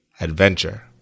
adventure